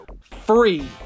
free